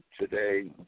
today